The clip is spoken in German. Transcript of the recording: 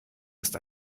ist